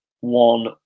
one